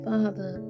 Father